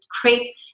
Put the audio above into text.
create